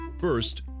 First